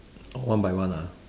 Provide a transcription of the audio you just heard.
orh one by one ah